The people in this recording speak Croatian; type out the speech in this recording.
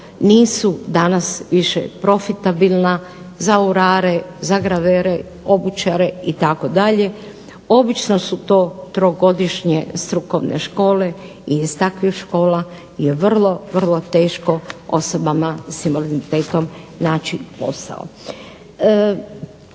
nisu danas više profitabilna, za urare, za gravere, obućare itd. Obično su to trogodišnje strukovne škole i iz takvih škola je vrlo, vrlo teško osobama sa invaliditetom naći posao.